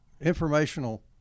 informational